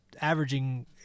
averaging